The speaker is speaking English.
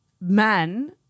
men